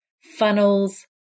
funnels